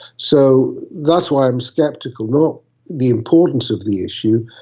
so that's why i'm sceptical, not the importance of the issue,